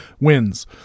wins